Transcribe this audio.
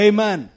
Amen